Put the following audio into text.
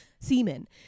semen